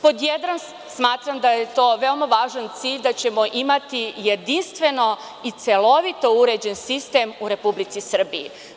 Pod jedan, smatram da je to veoma važan cilj da ćemo imati jedinstveno i celovito uređen sistem u Republici Srbiji.